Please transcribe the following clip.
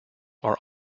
are